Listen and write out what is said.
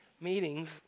Meetings